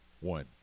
One